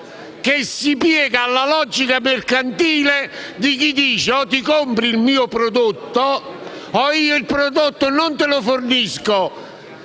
che si piega alla logica mercantile di chi dice: o compri il mio prodotto, o il prodotto non te lo fornisco